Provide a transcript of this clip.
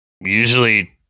Usually